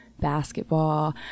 basketball